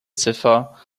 ziffer